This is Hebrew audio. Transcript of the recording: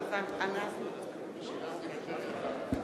(קוראת בשמות חברי הכנסת)